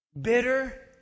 bitter